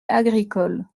agricoles